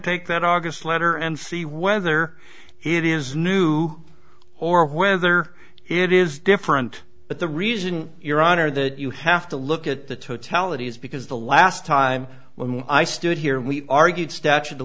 take that august letter and see whether it is new or whether it is different but the reason your honor that you have to look at the totality is because the last time when i stood here we argued statute of